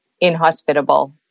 inhospitable